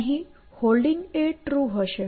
અહીં Holding true હશે